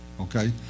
okay